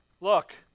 look